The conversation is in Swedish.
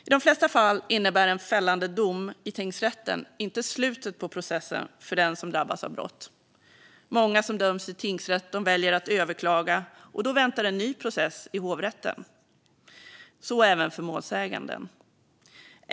I de flesta fall innebär en fällande dom i tingsrätten inte slutet på processen för den som drabbats av brott. Många som döms i tingsrätt väljer att överklaga, och då väntar en ny process i hovrätten - så även för målsäganden.